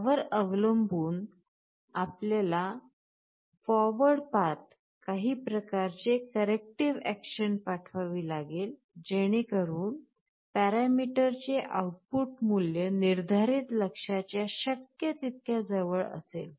यावर अवलंबून आपल्याला अग्रेषित मार्गावर काही प्रकारचे corrective action पाठवावी लागेल जेणेकरून पॅरामीटरचे आउटपुट मूल्य निर्धारित लक्ष्याच्या शक्य तितक्या जवळ असेल